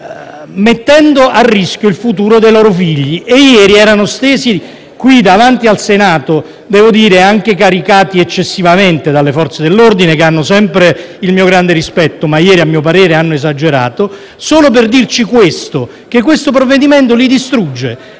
mettendo a rischio il futuro dei loro figli. Ieri erano stesi qui davanti al Senato - devo dire anche caricati eccessivamente dalle Forze dell'ordine, che hanno sempre il mio grande rispetto, ma ieri a mio parere hanno esagerato - solo per dirci che questo provvedimento li distrugge,